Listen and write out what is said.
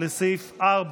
לסעיף 4,